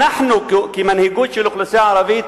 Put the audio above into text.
אנחנו כמנהיגות של האוכלוסייה הערבית